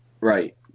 Right